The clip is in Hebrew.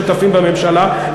שותפים בממשלה,